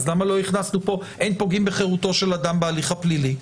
אז למה לא הכנסנו פה: אין פוגעים בחירותו של אדם בהליך הפלילי?